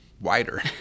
wider